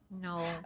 No